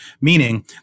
meaning